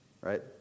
Right